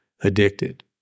addicted